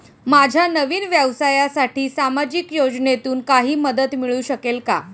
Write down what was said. माझ्या नवीन व्यवसायासाठी सामाजिक योजनेतून काही मदत मिळू शकेल का?